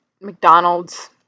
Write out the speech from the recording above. McDonald's